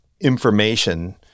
information